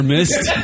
Missed